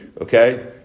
okay